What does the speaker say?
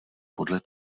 podle